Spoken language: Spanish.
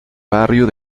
barrio